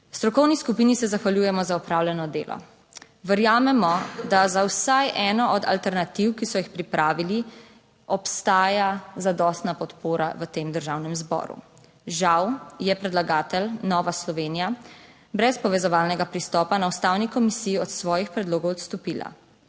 Strokovni skupini se zahvaljujemo za opravljeno delo. Verjamemo, da za vsaj eno od alternativ, ki so jih pripravili, obstaja zadostna podpora v tem Državnem zboru. Žal je predlagatelj Nova Slovenija brez povezovalnega pristopa na Ustavni komisiji od svojih predlogov odstopila.